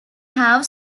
have